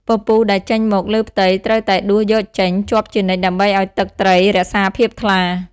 ពពុះ ដែលចេញមកលើផ្ទៃត្រូវតែដួសយកចេញជាប់ជានិច្ចដើម្បីឱ្យទឹកត្រីរក្សាភាពថ្លា។